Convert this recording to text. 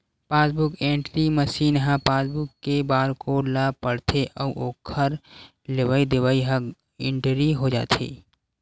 passbook entry machine ह passbook के barcode ल पड़थे अउ ओखर लेवई देवई ह इंटरी हो जाथे